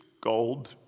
Gold